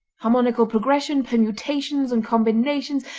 harmonical progression, permutations and combinations,